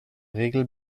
regel